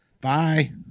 Bye